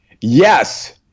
Yes